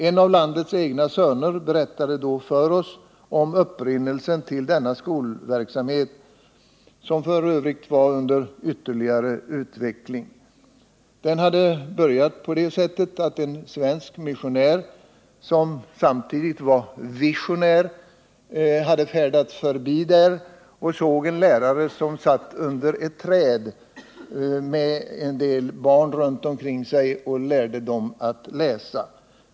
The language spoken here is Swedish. En av landets egna söner berättade då för oss om upprinnelsen till denna skolverksamhet, som f. ö. var under ytterligare utveckling. Den hade börjat på så sätt att en svensk missionär, som samtidigt var visionär, hade färdats förbi där. Han såg då en lärare som satt under ett träd med en del barn runt omkring sig, som han lärde att läsa.